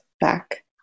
back